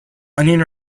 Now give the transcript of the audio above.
onion